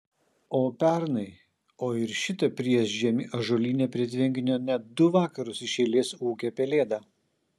o pernai o ir šitą priešžiemį ąžuolyne prie tvenkinio net du vakarus iš eilės ūkė pelėda